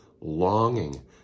longing